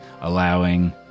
allowing